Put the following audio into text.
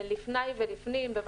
לפניי ולפנים.